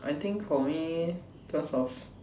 I think for me in terms of